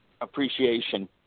appreciation